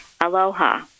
Aloha